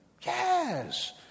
yes